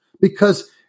because-